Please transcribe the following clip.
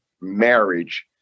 marriage